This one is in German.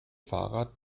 fahrrad